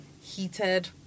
heated